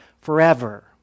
forever